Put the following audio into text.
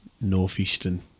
northeastern